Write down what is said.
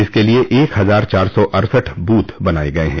इसके लिये एक हजार चार सौ अड़सठ बूथ बनाय गये हैं